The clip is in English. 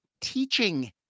teaching